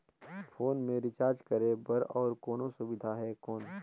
Phone मे recharge करे बर और कोनो सुविधा है कौन?